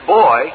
boy